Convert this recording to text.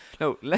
No